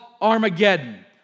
Armageddon